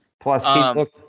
plus